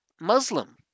Muslim